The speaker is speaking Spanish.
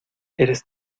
eres